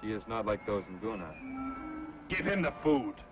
he is not like those i'm going to give him the food